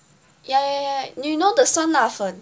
ya ya ya you know the 酸辣粉